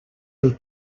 del